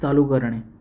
चालू करणे